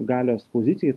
galios pozicijoj